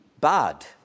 bad